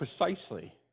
precisely